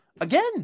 Again